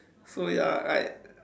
so ya like